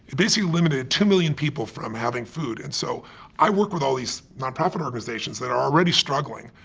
basically limiting two million people from having food. and so i work with all these nonprofit organizations that are already struggling,